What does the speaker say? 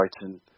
Brighton